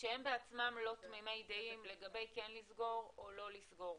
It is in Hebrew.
שהם בעצמם לא תמימי דעים לגבי כן לסגור או לא לסגור,